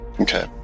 Okay